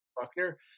Buckner –